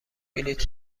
بلیط